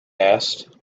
asked